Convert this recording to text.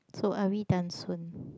so are we done soon